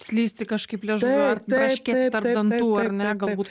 slysti kažkaip liežuviu braškėt tarp dantų ar ne galbūt